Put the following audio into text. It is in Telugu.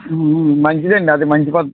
మంచిదేండి అది మంచి పద్ధతి